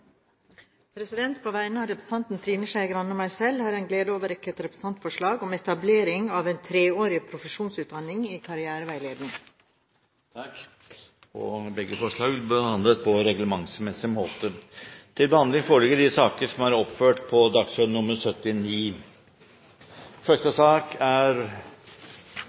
På vegne av representantene Trine Skei Grande og meg selv har jeg den glede å overrekke et representantforslag om etablering av en treårig profesjonsutdanning i karriereveiledning. Begge forslagene vil bli behandlet på reglementsmessig måte.